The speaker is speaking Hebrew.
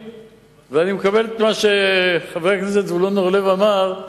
ואני מקבל את מה שחבר הכנסת זבולון אורלב אמר,